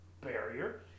barrier